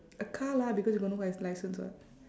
a car lah because you got no li~ license [what]